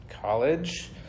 college